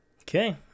Okay